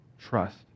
trust